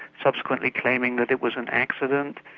subsequently claiming that it was an accident.